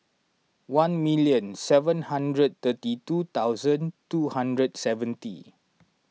one million seven hundred thirty two thousand two hundred seventy